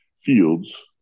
fields